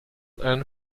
and